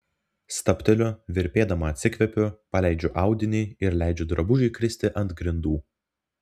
stabteliu virpėdama atsikvepiu paleidžiu audinį ir leidžiu drabužiui kristi ant grindų